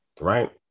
right